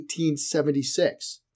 1876